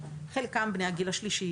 חלקם בני הגיל השלישי,